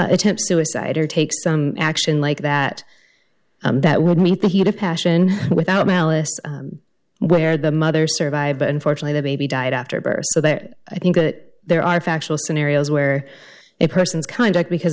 attempt suicide or take some action like that that would meet the heat of passion without malice where the mother survived but unfortunately the baby died after birth so there i think that there are factual scenarios where a person is kind because